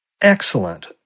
excellent